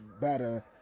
better